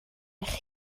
eich